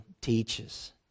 teaches